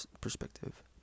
perspective